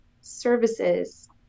services